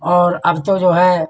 और अब तो जो है